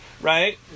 right